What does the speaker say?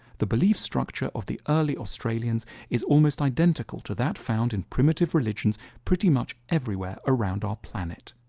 the belief structure of the early australians is almost identical to that found in primitive religions pretty much everywhere around our planet.